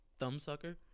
Thumbsucker